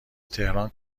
تهران